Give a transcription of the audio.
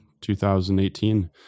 2018